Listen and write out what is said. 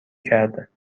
کرده